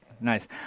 Nice